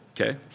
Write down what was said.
Okay